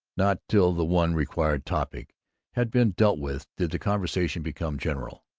not till the one required topic had been dealt with did the conversation become general.